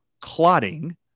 clotting